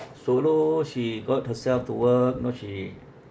solo she got herself to work you know she